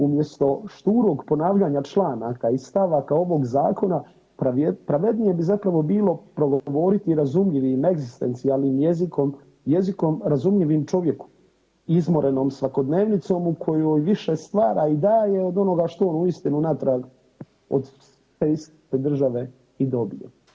Umjesto šturog ponavljanja članaka i stavaka ovog zakona, pravednije bi zapravo bilo progovoriti i razumljivim egzistencijalnim jezikom, jezikom razumljivim čovjeku izmorenom svakodnevnicom u kojoj više stvara i daje od onoga što on uistinu natrag od te iste države i dobije.